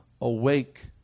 Awake